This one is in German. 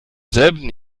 selben